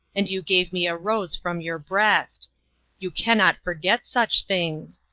and you gave me a rose from your breast you cannot forget such things!